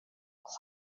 blue